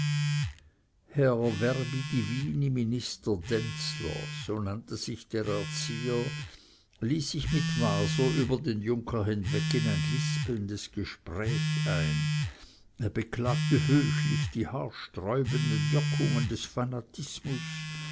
herr verbi divini minister denzler so nannte sich der erzieher ließ sich mit waser über den junker hinweg in ein lispelndes gespräch ein er beklagte höchlich die haarsträubenden wirkungen des fanatismus